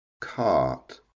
cart